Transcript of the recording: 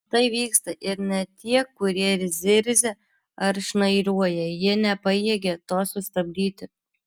tai vyksta ir net tie kurie zirzia ar šnairuoja jie nepajėgia to sustabdyti